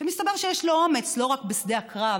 שמסתבר שיש לו אומץ לא רק בשדה הקרב,